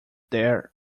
there